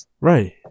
Right